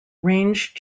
range